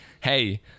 Hey